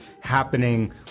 happening